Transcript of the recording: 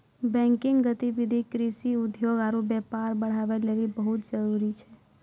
banking गतिविधि कृषि, उद्योग आरु व्यापार बढ़ाबै लेली बहुते जरुरी छै